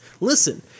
Listen